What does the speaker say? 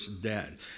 dead